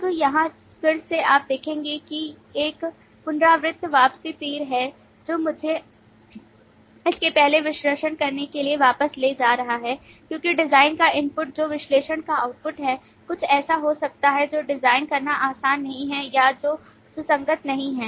अब यहाँ फिर से आप देखेंगे कि एक पुनरावृत्त वापसी तीर है जो मुझे इसके लिए विश्लेषण करने के लिए वापस ले जा रहा है क्योंकि डिजाइन का input जो विश्लेषण का output है कुछ ऐसा हो सकता है जो डिजाइन करना आसान नहीं है या जो सुसंगत नहीं है